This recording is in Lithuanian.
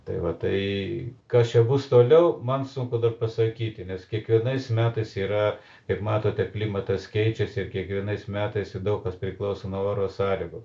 tai va tai kas čia bus toliau man sunku pasakyti nes kiekvienais metais yra kaip matote klimatas keičiasi ir kiekvienais metais ir daug kas priklauso nuo oro sąlygų